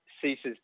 ceases